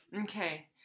Okay